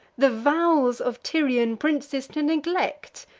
the vows of tyrian princes to neglect,